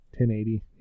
1080